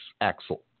axle